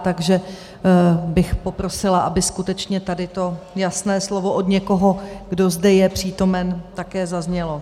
Takže bych poprosila, aby skutečně tady to jasné slovo od někoho, kdo zde je přítomen, také zaznělo.